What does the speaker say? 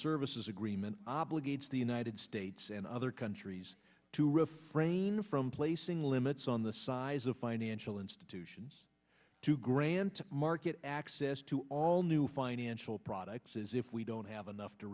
services agreement obligates the united states and other countries to refrain from placing limits on the size of financial institutions to grant market access to all new financial products as if we don't have enough